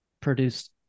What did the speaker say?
produced